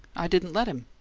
i didn't let him.